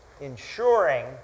ensuring